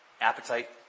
appetite